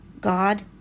God